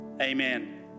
amen